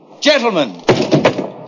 Gentlemen